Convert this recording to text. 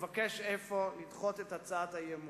אבקש לדחות את הצעת האי-אמון.